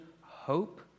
hope